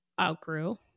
outgrew